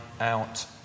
out